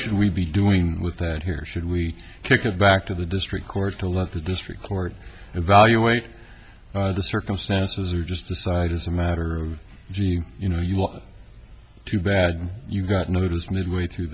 should we be doing with that here should we kick it back to the district court or let the district court evaluate the circumstances or just decide as a matter of gee you know you look too bad you got notice midway t